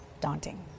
daunting